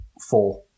four